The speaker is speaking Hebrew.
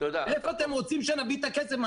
מאיפה אתם רוצים שנביא את הכסף,